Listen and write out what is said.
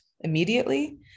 immediately